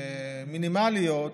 מינימליות